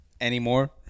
Anymore